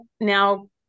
now